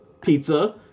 pizza